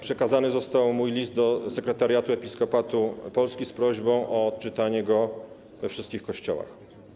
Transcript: Przekazany został mój list do Sekretariatu Episkopatu Polski z prośbą o odczytanie go we wszystkich kościołach.